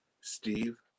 Steve